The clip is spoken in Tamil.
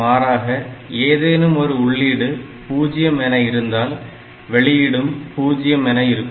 மாறாக ஏதேனும் ஒரு உள்ளீடு 0 என இருந்தால் வெளியீடும் 0 என இருக்கும்